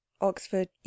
oxford